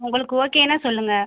உங்களுக்கு ஓகேன்னா சொல்லுங்கள்